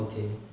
okay